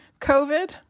COVID